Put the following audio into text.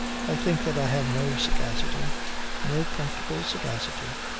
i think that i have no sagacity no practical sagacity.